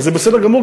וזה בסדר גמור,